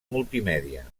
multimèdia